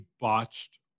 botched